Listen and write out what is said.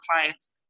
clients